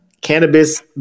Cannabis